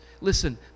Listen